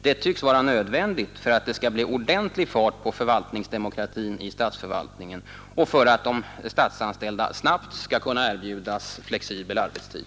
Det tycks vara nödvändigt för att det skall bli ordentlig fart på förvaltningsdemokratin i statsförvaltningen och för att de statsanställda snabbt skall kunna erbjudas flexibel arbetstid.